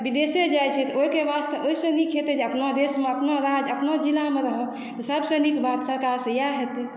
विदेशे जाई छै तऽ ओहिके वास्ते ओहिसँ नीक हेतै जे अपना देश मे अपना राज्य अपना जिला मे रहय तऽ सबसँ नीक इएह हेतै